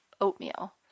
oatmeal